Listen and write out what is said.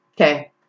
okay